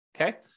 Okay